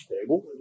stable